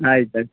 ಆಯ್ತು ಆಯ್ತು